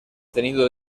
tenido